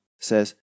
says